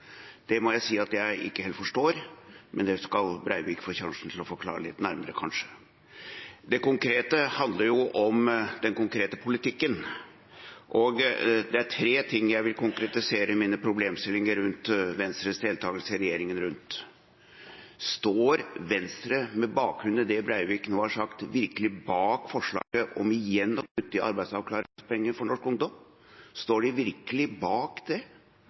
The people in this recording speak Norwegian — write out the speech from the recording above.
Det må jeg si at jeg ikke helt forstår, men det skal Terje Breivik kanskje få sjansen til å forklare litt nærmere. Det handler jo om den konkrete politikken, og det er tre ting jeg vil konkretisere når det gjelder problemstillingene rundt Venstres deltagelse i regjeringen. Står Venstre, med bakgrunn i det Breivik nå har sagt, virkelig bak forslaget om igjen å kutte i arbeidsavklaringspenger for norsk ungdom? Står de virkelig bak det?